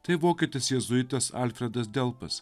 tai vokietis jėzuitas alfredas delpas